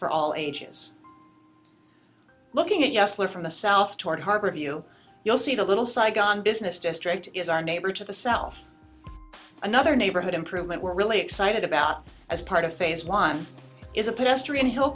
for all ages looking at us live from the south toward harbor view you'll see the little saigon business district is our neighbor to the south another neighborhood improvement we're really excited about as part of phase one is a pedestrian hill